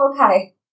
okay